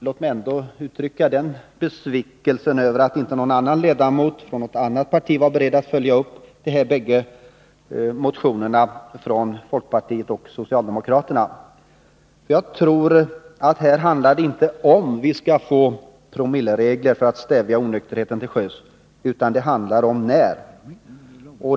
Låt mig uttrycka min besvikelse över att inte någon ledamot från något annat parti har varit beredd att följa upp de båda motionerna från folkpartiet och socialdemokraterna. Jag tror att vad det handlar om här är inte om vi skall få promilleregler för att stävja onykterhet till sjöss, utan det handlar om när.